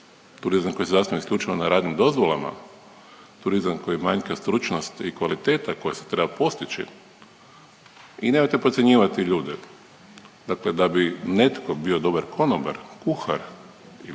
turizam koji se zasniva isključivo na radnim dozvolama, turizam koji manjka stručnost i kvaliteta koja se treba postići. I nemojte podcjenjivati ljude, dakle da bi netko bio dobar konobar, kuhar ili